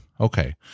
okay